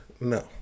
no